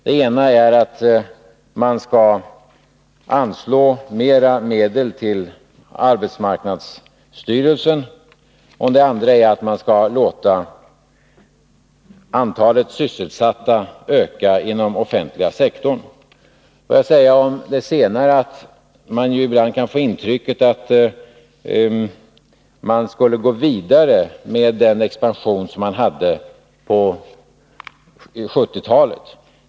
Det ena är att man skall anslå mer medel till arbetsmarknadsstyrelsen, och det andra är att man skall låta antalet sysselsatta öka inom den offentliga sektorn. Får jag säga om det senare att man ibland kan få intrycket att man skulle gå vidare med den expansion som vi hade på 1970-talet.